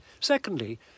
Secondly